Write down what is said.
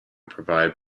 provide